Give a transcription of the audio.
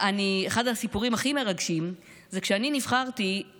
אחד הסיפורים הכי מרגשים זה כשאני נבחרתי,